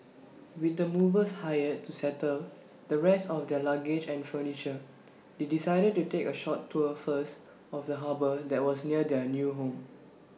with the movers hired to settle the rest of their luggage and furniture they decided to take A short tour first of the harbour that was near their new home